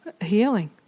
healing